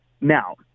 Now